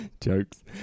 Jokes